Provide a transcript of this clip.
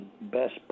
best